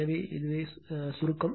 எனவே இது சுருக்கம்